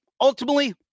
Ultimately